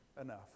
enough